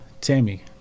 Tammy